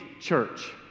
church